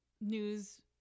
news